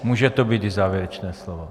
Může to být i závěrečné slovo.